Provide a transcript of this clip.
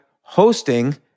hosting